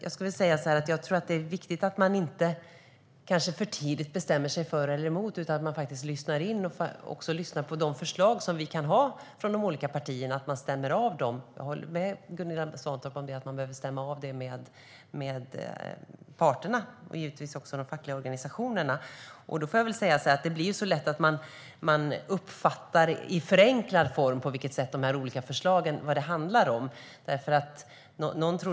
Jag tror att det är viktigt att man inte bestämmer sig för eller emot för tidigt, utan lyssnar på förslagen från de olika partierna och stämmer av med dem. Jag håller med Gunilla Svantorp om att man behöver stämma av detta med parterna, givetvis också med de fackliga organisationerna. Det är lätt hänt att man uppfattar vad de olika förslagen handlar om i alltför förenklad form.